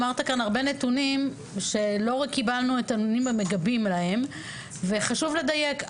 אמרת הרבה נתונים שלא קיבלנו גיבוי להם וחשוב לדייק.